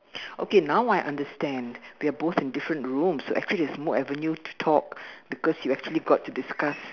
okay now I understand we're both in different rooms so actually there's more avenue to talk because you actually got to discuss